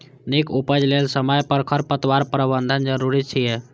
नीक उपज लेल समय पर खरपतवार प्रबंधन जरूरी छै